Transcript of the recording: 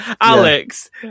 alex